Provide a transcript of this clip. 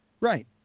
right